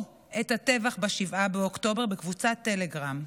את הטבח ב-7 באוקטובר בקבוצת טלגרם.